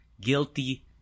guilty